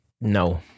No